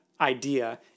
idea